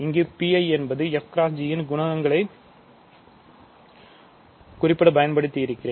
இங்கு Pi என்பது fg ன் குணகங்களை குறிப்பிட்ட பயன்படுத்தி இருக்கிறேன்